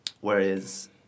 Whereas